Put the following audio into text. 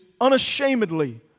unashamedly